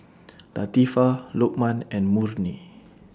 Latifa Lokman and Murni